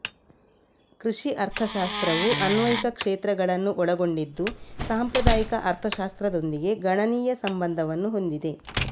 ಕೃಷಿ ಅರ್ಥಶಾಸ್ತ್ರವು ಅನ್ವಯಿಕ ಕ್ಷೇತ್ರಗಳನ್ನು ಒಳಗೊಂಡಿದ್ದು ಸಾಂಪ್ರದಾಯಿಕ ಅರ್ಥಶಾಸ್ತ್ರದೊಂದಿಗೆ ಗಣನೀಯ ಸಂಬಂಧವನ್ನು ಹೊಂದಿದೆ